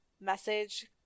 message